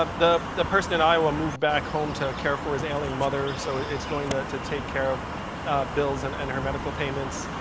ah the the person in iowa moved back home to care for his ailing mother, so it's going to to take care of bills and and her medical payments,